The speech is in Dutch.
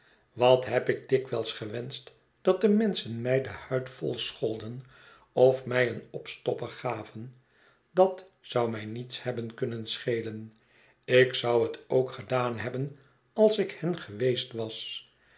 wat heb ik dikwijls gewenscht dat de menschen mij de huid vol scholden of mij een opstopper gaven dat zou mij niets hebben kunnen schelen ik zou het ook gedaan hebben als ik hen geweest was